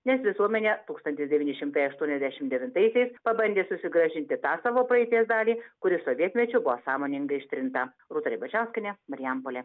nes visuomenė tūkstantis devyni šimtai aštuoniasdešimt devintaisiais pabandė susigrąžinti tą savo praeities dalį kuri sovietmečiu buvo sąmoningai ištrinta rūta ribačiauskienė marijampolė